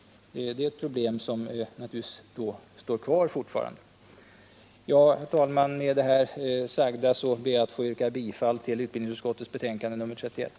Det problemet kvarstår. Herr talman! Med det här sagda ber jag att få yrka bifall till utskottets Nr 127